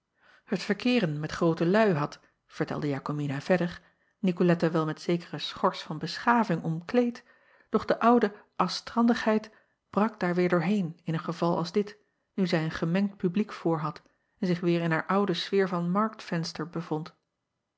et verkeeren met groote luî had vertelde akomina verder icolette wel met zekere schors van beschaving omkleed doch de oude astrantigheid brak daar weêr doorheen in een geval als dit nu zij een gemengd publiek voorhad en zich weêr in haar oude sfeer van marktventster bevond